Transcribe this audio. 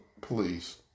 please